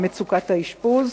מצוקת האשפוז,